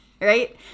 Right